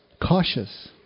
Cautious